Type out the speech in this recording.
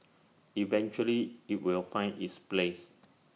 eventually IT will find its place